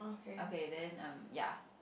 okay then um ya